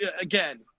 again –